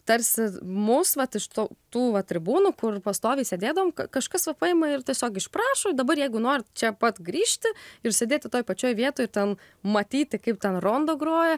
tarsi mus vat iš to tų tribūnų kur pastoviai sėdėdavom kažkas va paima ir tiesiog išprašo ir dabar jeigu norit čia pat grįžti ir sėdėti toj pačioj vietoj ten matyti kaip ten rondo groja